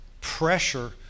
pressure